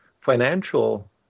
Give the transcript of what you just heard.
financial